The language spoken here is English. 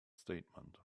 statement